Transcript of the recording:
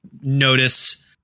notice